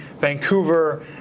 Vancouver